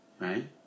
Right